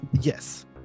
Yes